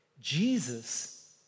Jesus